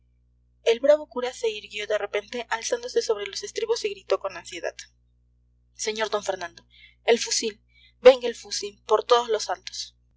el bravo cura se irguió de repente alzándose sobre los estribos y gritó con ansiedad sr d fernando el fusil venga el fusil por todos los santos